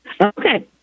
Okay